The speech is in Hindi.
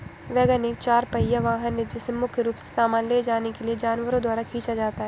वैगन एक चार पहिया वाहन है जिसे मुख्य रूप से सामान ले जाने के लिए जानवरों द्वारा खींचा जाता है